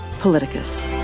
Politicus